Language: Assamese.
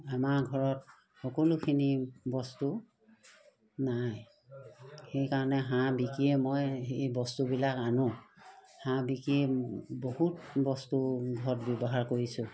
আমাৰ ঘৰত সকলোখিনি বস্তু নাই সেইকাৰণে হাঁহ বিকিয়ে মই সেই বস্তুবিলাক আনো হাঁহ বিকি বহুত বস্তু ঘৰত ব্যৱহাৰ কৰিছোঁ